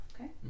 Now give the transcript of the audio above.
Okay